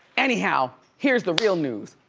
anyhow, here's the real news.